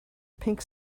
pink